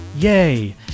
Yay